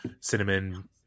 cinnamon